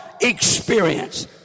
experience